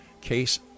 case